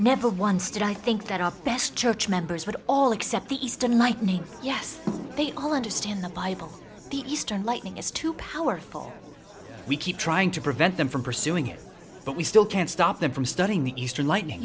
never once did i think that our best church members would all accept the eastern lightning yes they all understand the bible the eastern lightning is too powerful we keep trying to prevent them from pursuing it but we still can't stop them from studying the eastern lightning